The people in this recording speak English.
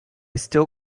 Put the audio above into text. still